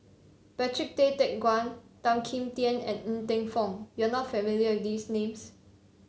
Patrick Tay Teck Guan Tan Kim Tian and Ng Teng Fong you are not familiar with these names